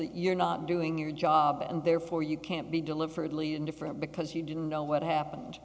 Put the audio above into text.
you're not doing your job and therefore you can't be deliberately indifferent because you didn't know what happened